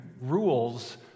rules